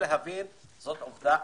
זו עובדה.